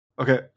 Okay